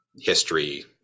history